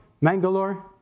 Mangalore